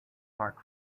park